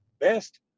best